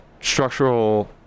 structural